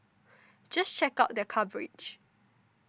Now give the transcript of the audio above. just check out their coverage